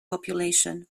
population